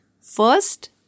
First